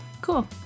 Cool